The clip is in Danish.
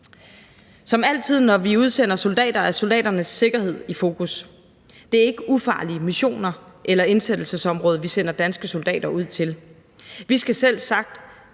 Som altid når vi udsender soldater, er soldaternes sikkerhed i fokus. Det er ikke ufarlige missioner eller indsættelsesområder, vi sender danske soldater ud til. Vi skal selvsagt